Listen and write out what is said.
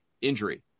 injury